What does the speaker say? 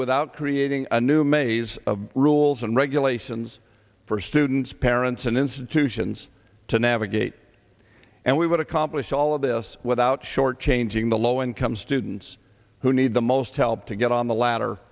without creating a new maze of rules and regulations for students parents and institutions to navigate and we would accomplish all of this without shortchanging the low income students who need the most help to get on the ladder